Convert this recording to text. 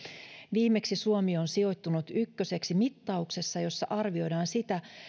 viimeksi suomi on sijoittunut ykköseksi mittauksessa jossa arvioidaan sitä